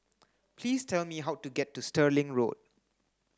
please tell me how to get to Stirling Road